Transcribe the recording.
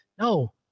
No